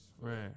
Right